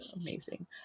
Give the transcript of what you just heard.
amazing